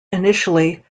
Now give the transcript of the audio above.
initially